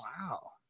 Wow